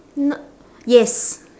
n~ yes